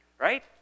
Right